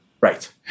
Right